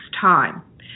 time